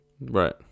Right